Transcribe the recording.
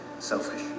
Selfish